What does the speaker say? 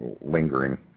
lingering